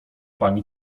pani